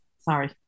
Sorry